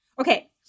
Okay